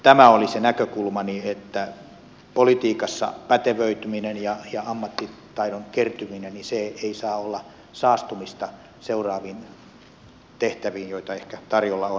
tämä oli se näkökulmani että politiikassa pätevöityminen ja ammattitaidon kertyminen ei saa olla saastumista seuraaviin tehtäviin joita ehkä tarjolla on